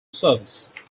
service